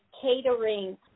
catering